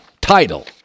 title